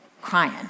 crying